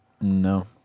No